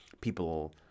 people